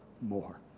more